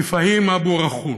מפהים אבו רוכן,